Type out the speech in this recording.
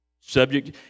subject